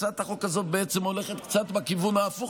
הצעת החוק הזאת בעצם הולכת קצת בכיוון ההפוך.